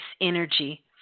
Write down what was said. energy